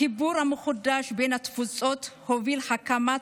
החיבור המחודש בין התפוצות הוביל להקמת